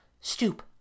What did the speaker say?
stoop